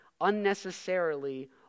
unnecessarily